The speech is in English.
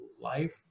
life